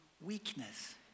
weakness